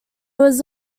was